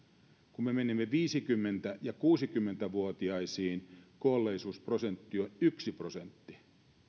kun me menemme viisikymmentä viiva kuusikymmentä vuotiaisiin kuolleisuusprosentti on yksi prosentti kun